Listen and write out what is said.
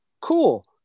cool